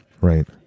Right